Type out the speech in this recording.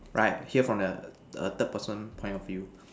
right hear from the a third person point of view